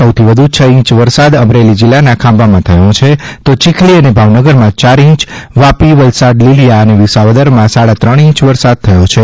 સૌથી વધુ છ ઇંચ વરસાદ અમરેલી જિલ્લાના ખાંભામાં થયો છે તો ચીખલી અને ભાવનગરમાં યાર ઇંચ વાપી વલસાડ લીલીયા અને વિસાવદરમાં સાડા ત્રણ ઇંચ વરસાદ થથો છે